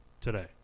today